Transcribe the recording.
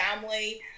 family